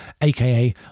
aka